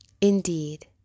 Indeed